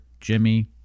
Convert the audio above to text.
Jimmy